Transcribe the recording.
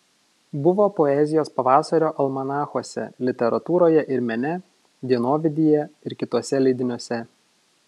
buvo poezijos pavasario almanachuose literatūroje ir mene dienovidyje ir kituose leidiniuose